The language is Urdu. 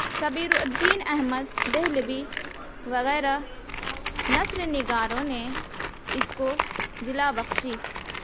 صبیرالدین احمد دہلوی وغیرہ نثر و نگاروں نے اِس کو جلا بخشی